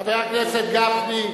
חבר הכנסת גפני,